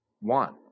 one